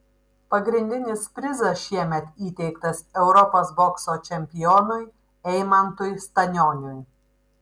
pagrindinis prizas šiemet įteiktas europos bokso čempionui eimantui stanioniui